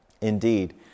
Indeed